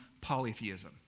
polytheism